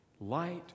light